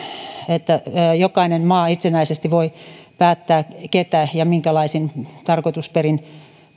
että jokainen maa itsenäisesti voi päättää ketä tänne tulee ja minkälaisin tarkoitusperin